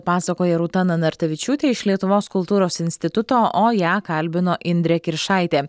pasakoja rūta nanartavičiūtė iš lietuvos kultūros instituto o ją kalbino indrė kiršaitė